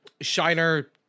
Shiner